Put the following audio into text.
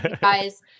guys